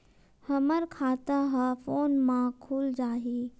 हमर खाता ह फोन मा खुल जाही?